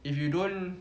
if you don't